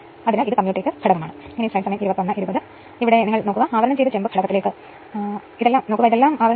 അതിനാൽ I2 I 1 X2 100 1000 കാരണം KVA ഇത് വോൾട്ട് ആമ്പിയറിലേക്ക് പരിവർത്തനം ചെയ്യുന്നു